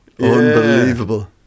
Unbelievable